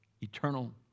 eternal